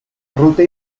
ruta